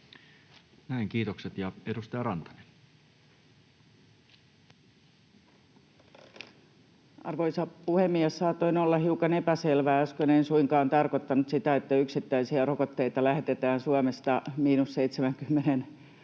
Time: 17:08 Content: Arvoisa puhemies! Saatoin olla hiukan epäselvä äsken. En suinkaan tarkoittanut sitä, että yksittäisiä rokotteita lähetetään Suomesta miinus 70 asteen